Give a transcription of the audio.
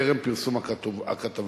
בטרם פרסום הכתבה.